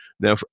Now